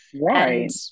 right